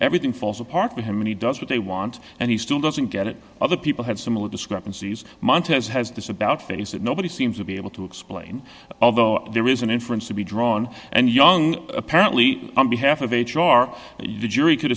everything falls apart for him and he does what they want and he still doesn't get it other people have similar discrepancies muntasser has this about face that nobody seems to be able to explain although there is an inference to be drawn and young apparently on behalf of h r jury could